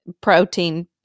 protein